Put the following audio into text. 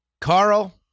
Carl